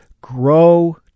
grow